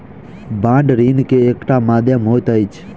bond ऋण के एकटा माध्यम होइत अछि